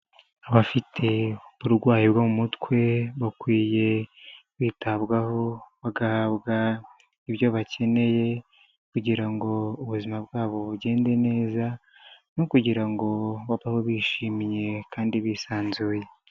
Abafite uburwayi bwo mu mutwe bakwiye kwitabwaho bagahabwa ibyo bakeneye kugira ngo ubuzima bwabo bugende neza no kugira ngo bababeho bishimye kandi bisanzuye.